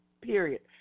period